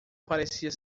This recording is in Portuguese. parecia